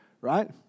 right